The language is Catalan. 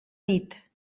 nit